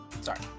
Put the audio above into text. Sorry